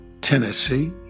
Tennessee